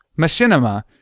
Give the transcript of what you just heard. Machinima